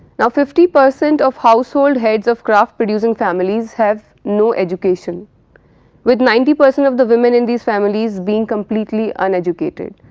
now, fifty percent of household heads of craft producing families have no education with ninety percent of the women in these families being completely uneducated.